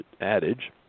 adage